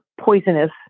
poisonous